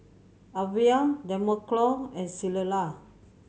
Alvia Demarco and Clella